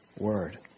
word